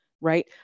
right